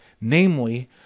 Namely